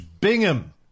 Bingham